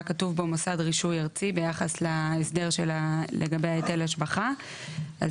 כתוב פה מוסד רישוי עצמי ביחס להסדר לגבי היטל השבחה ,